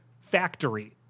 factory